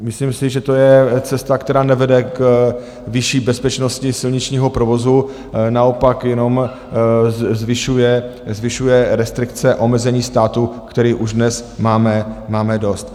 Myslím si, že to je cesta, která nevede k vyšší bezpečnosti silničního provozu, naopak jenom zvyšuje restrikce, omezení státu, kterých už dnes máme dost.